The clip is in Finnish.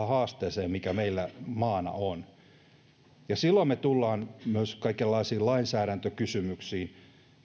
haasteeseen mikä meillä maana on silloin me tulemme myös kaikenlaisiin lainsäädäntökysymyksiin